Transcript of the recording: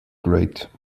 great